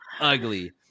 ugly